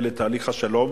ולתהליך השלום.